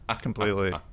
completely